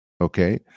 Okay